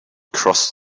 crossed